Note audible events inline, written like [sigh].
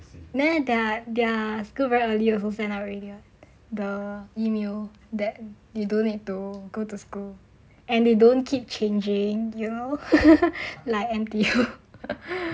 there the their school very early also send out already [what] the email that you don't need to go to school and they don't keep changing you know like N_T_U [laughs]